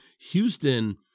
Houston